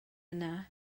yna